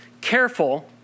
careful